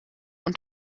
und